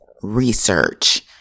Research